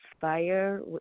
fire